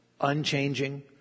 unchanging